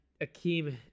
Akeem